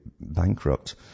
bankrupt